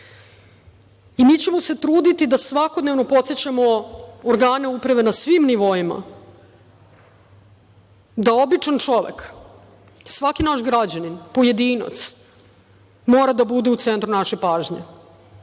ćemo se truditi da svakodnevno podsećamo organe uprave na svim nivoima da običan čovek, svaki naš građanin, pojedinac, mora da bude u centru naše pažnje,